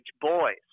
boys